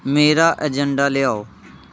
ਮੇਰਾ ਏਜੰਡਾ ਲਿਆਓ